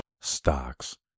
stocks